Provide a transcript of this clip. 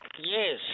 Yes